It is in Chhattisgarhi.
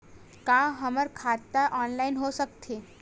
का हमर खाता ऑनलाइन हो सकथे?